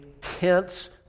tense